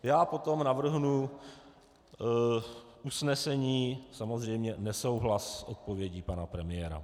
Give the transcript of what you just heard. Já potom navrhnu usnesení, samozřejmě nesouhlas s odpovědí pana premiéra.